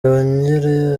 yongere